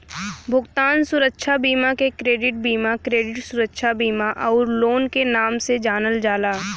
भुगतान सुरक्षा बीमा के क्रेडिट बीमा, क्रेडिट सुरक्षा बीमा आउर लोन के नाम से जानल जाला